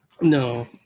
No